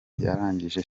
yarangije